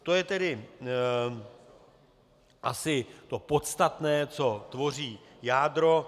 To je tedy asi to podstatné, co tvoří jádro.